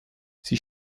sie